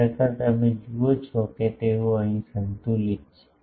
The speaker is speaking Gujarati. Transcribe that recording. ખરેખર તમે જુઓ છો કે તેઓ અહીં સંતુલિત છે